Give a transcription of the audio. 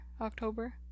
October